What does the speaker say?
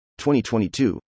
2022